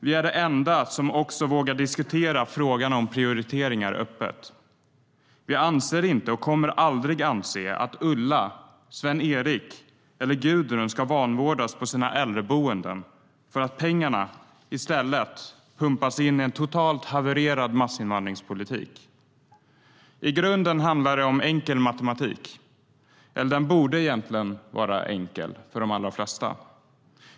Vi är de enda som vågar diskutera frågan om prioriteringar öppet. Vi anser inte och kommer aldrig att anse att Ulla, Sven-Erik eller Gudrun ska vanvårdas på sina äldreboenden för att pengarna i stället pumpas in i en totalt havererad massinvandringspolitik. I grunden handlar det om enkel matematik. Den borde i alla fall vara enkel för de allra flesta.